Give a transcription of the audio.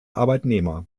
arbeitnehmer